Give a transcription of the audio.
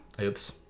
Oops